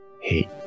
hate